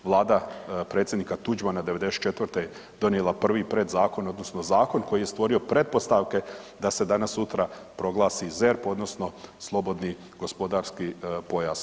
Vlada predsjednika Tuđmana '94. donijela prvi predzakon, odnosno zakon koji je stvorio pretpostavke da se danas-sutra proglasi ZERP, odnosno slobodni gospodarski pojas.